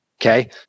okay